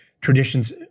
traditions